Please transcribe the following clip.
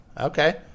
okay